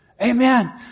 Amen